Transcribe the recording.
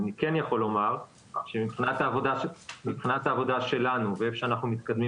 אני כן יכול לומר שמבחינת העבודה שלנו ואיפה שאנחנו מתקדמים